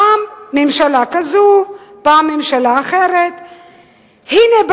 פעם ממשלה כזאת, פעם ממשלה אחרת.